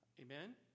Amen